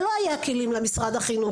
שלא היו שם כלים למשרד החינוך,